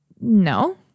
No